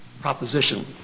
proposition